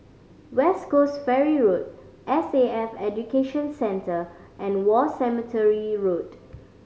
West Coast Ferry Road S A F Education Centre and War Cemetery Road